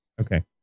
Okay